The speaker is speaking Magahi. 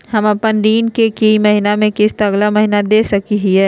हम अपन ऋण के ई महीना के किस्त अगला महीना दे सकी हियई?